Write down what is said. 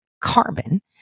carbon